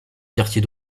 quartier